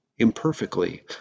Imperfectly